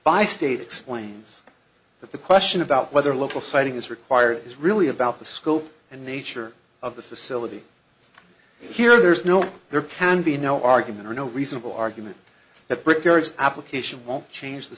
by state explains that the question about whether local siting is required is really about the scope and nature of the facility here there is no there can be no argument or no reasonable argument that brick areas application won't change the